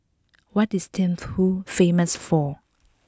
what is Thimphu famous for